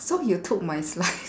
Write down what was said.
so you took my slice